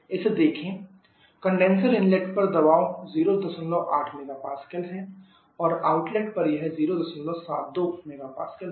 इसे देखें condenser inlet पर दबाव 08 MPa है और आउटलेट पर यह 072 MPa है